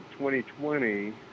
2020